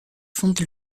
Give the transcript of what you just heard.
fonde